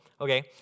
Okay